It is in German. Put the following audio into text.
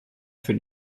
für